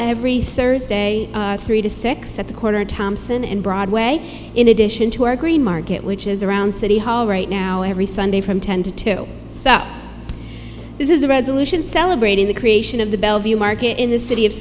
every thursday three to six at the corner thompson and broadway in addition to our green market which is around city hall right now every sunday from ten to two so this is a resolution celebrating the creation of the bellevue market in the city of